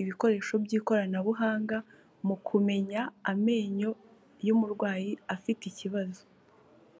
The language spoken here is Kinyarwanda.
ibikoresho by'ikoranabuhanga mu kumenya amenyo y'umurwayi afite ikibazo.